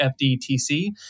FDTC